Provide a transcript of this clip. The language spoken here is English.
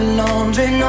laundry